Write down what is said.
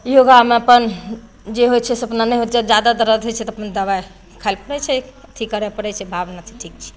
योगामे अपन जे होइ छै से अपना नहि होइ छै जादा दरद होइ छै तऽ अपन दबाइ खाइ लए पड़ै छै अथी करए पड़ैत छै भाबना तऽ ठीक छै